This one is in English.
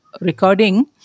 recording